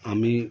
আমি